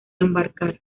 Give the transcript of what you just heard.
embarcar